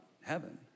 heaven